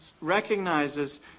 recognizes